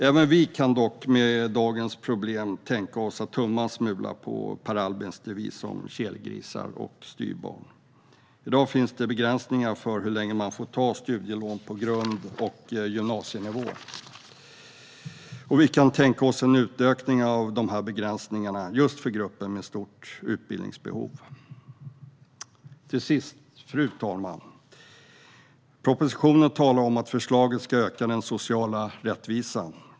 Även vi kan dock med dagens problem tänka oss att tumma en smula på Per Albins devis om kelgrisar och styvbarn. I dag finns det begränsningar för hur länge man får ta studielån på grund och gymnasienivå, och vi kan tänka oss en minskning av begränsningarna just för gruppen med stort utbildningsbehov. Till sist, fru talman: Propositionen talar om att förslaget ska öka den sociala rättvisan.